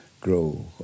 grow